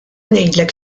ngħidlek